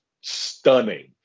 stunning